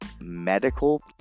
medical